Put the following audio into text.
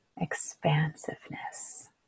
expansiveness